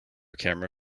camera